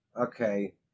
Okay